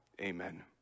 Amen